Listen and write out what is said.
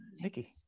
Nikki